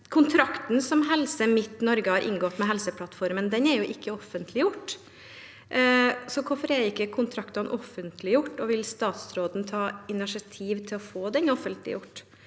Kontrakten som Helse Midt-Norge har inngått med Helseplattformen, er jo ikke offentliggjort. Hvorfor er ikke kontrakten offentliggjort, og vil statsråden ta initiativ til å få den offentliggjort?